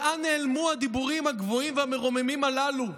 לאן נעלמו הדיבורים הגבוהים והמרוממים הללו,